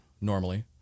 normally